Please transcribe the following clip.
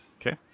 Okay